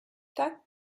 tuck